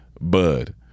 Bud